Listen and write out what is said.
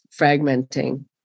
fragmenting